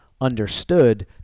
understood